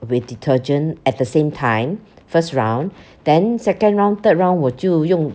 with detergent at the same time first round then second round third round 我就用